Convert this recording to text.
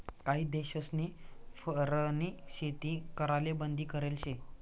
काही देशस्नी फरनी शेती कराले बंदी करेल शे